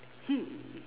hmm